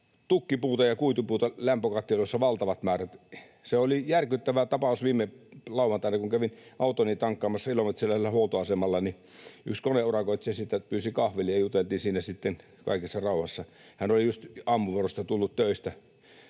tukkipuuta ja kuitupuuta valtavat määrät lämpökattiloissa. Se oli järkyttävä tapaus viime lauantaina, että kun kävin autoni tankkaamassa ilomantsilaisella huoltoasemalla, niin yksi koneurakoitsija pyysi kahville ja juteltiin siinä sitten kaikessa rauhassa. Hän oli just aamuvuorosta tullut töistä,